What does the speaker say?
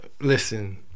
listen